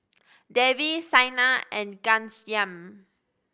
Devi Saina and Ghanshyam